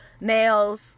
nails